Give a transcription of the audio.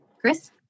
Chris